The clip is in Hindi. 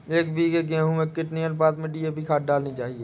एक बीघे गेहूँ में कितनी अनुपात में डी.ए.पी खाद डालनी चाहिए?